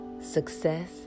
success